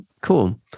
Cool